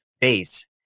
base